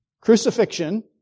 crucifixion